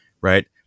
right